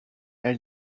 elle